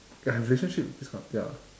ya relationship this kind ya